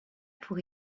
pour